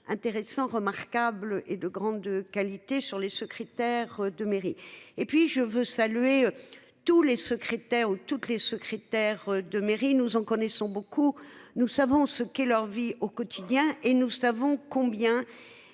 intéressant remarquable et de grande qualité sur les secrétaires de mairie et puis je veux saluer tous les secrétaires ou toutes les secrétaires de mairie nous on connaît son beaucoup. Nous savons ce qu'est leur vie au quotidien et nous savons combien